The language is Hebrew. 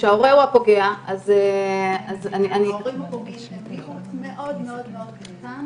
כשההורה הוא הפוגע אז --- ההורים הפוגעים הם מיעוט מאוד מאוד קטן.